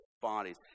bodies